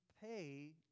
pay